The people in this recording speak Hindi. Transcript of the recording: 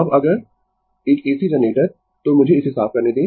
अब अगर एक AC जनरेटर तो मुझे इसे साफ करने दें